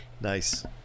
Nice